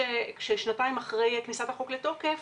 כששנתיים אחרי כניסת החוק לתוקף